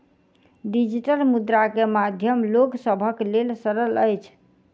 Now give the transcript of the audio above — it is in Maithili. डिजिटल मुद्रा के माध्यम लोक सभक लेल सरल अछि